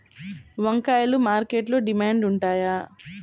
వంకాయలు మార్కెట్లో డిమాండ్ ఉంటాయా?